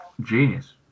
Genius